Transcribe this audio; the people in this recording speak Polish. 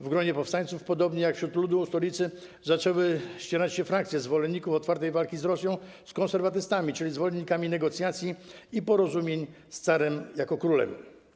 W gronie powstańców podobnie jak wśród ludu w stolicy zaczęły ścierać się frakcje zwolenników otwartej walki z Rosją z konserwatystami, czyli zwolennikami negocjacji i porozumień z carem jako królem.